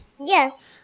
Yes